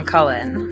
Cullen